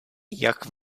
jak